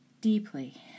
deeply